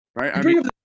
right